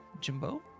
Jimbo